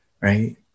right